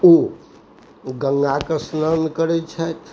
ओ गङ्गाके स्नान करै छथि